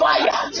Fire